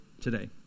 today